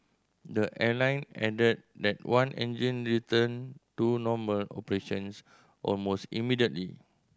the airline added that that one engine returned to normal operations almost immediately